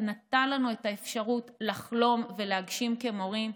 הוא נתן לנו את האפשרות לחלום ולהגשים כמורים,